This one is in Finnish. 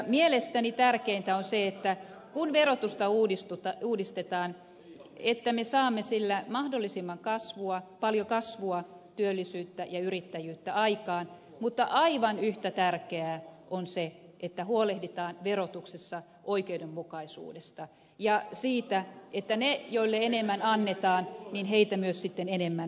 mielestäni tärkeintä on se kun verotusta uudistetaan että me saamme sillä mahdollisimman paljon kasvua työllisyyttä ja yrittäjyyttä aikaan mutta aivan yhtä tärkeää on se että huolehditaan verotuksessa oikeudenmukaisuudesta ja siitä että niitä joille enemmän annetaan myös sitten enemmän verotetaan